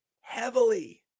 heavily